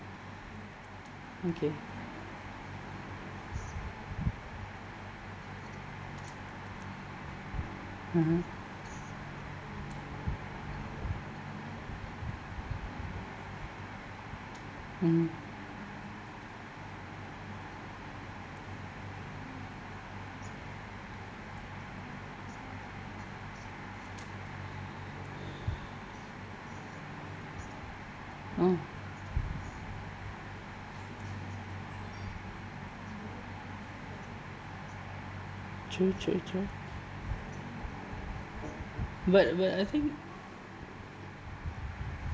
okay (uh huh) mm orh true true true but but I think